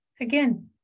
Again